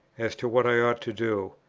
as to what i ought to do.